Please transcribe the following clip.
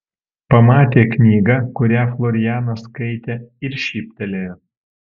pamatė knygą kurią florianas skaitė ir šyptelėjo